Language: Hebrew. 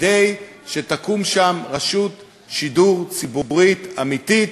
כדי שתקום שם רשות שידור ציבורי אמיתית,